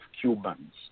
Cubans